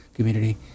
community